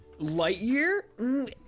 Lightyear